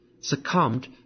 succumbed